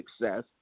success